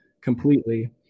completely